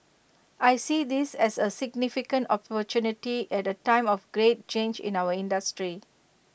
I see this as A significant opportunity at A time of great change in our industry